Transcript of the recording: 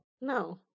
No